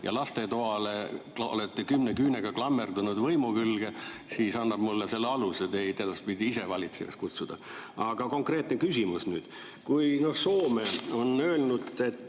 ja lastetoale olete kümne küünega klammerdunud võimu külge, annab mulle aluse teid edaspidi isevalitsejaks kutsuda. Aga konkreetne küsimus nüüd. Soome on öelnud, et